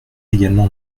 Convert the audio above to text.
également